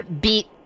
beat